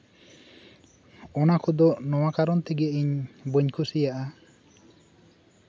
ᱚᱱᱟ ᱠᱚᱫᱚ ᱱᱚᱣᱟ ᱠᱟᱨᱚᱱ ᱛᱮᱜᱮ ᱤᱧ ᱵᱟᱹᱧ ᱠᱩᱥᱤᱭᱟᱜᱼᱟ